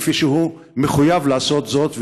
כפי שהוא מחויב לעשות זאת,